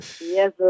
Yes